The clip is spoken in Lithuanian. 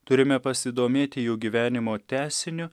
turime pasidomėti jų gyvenimo tęsiniu